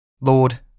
Lord